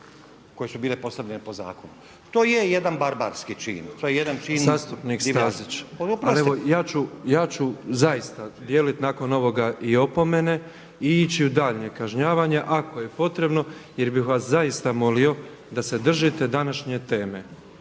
jedan čin divljaštva … **Petrov, Božo (MOST)** Zastupnik Stazić, evo ja ću zaista dijelit nakon ovoga i opomene i ići u daljnja kažnjava ako je potrebno jer bih vas zaista molio da se držite današnje teme.